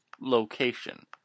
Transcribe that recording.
location